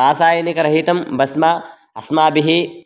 रासायनिकरहितं भस्मं अस्माभिः